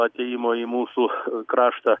atėjimo į mūsų kraštą